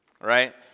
Right